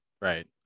right